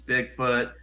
Bigfoot